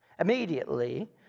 Immediately